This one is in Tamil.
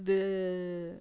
இது